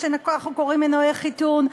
מה שאנחנו קוראים "מנועי חיתון",